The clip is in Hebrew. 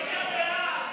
כהצעת הוועדה,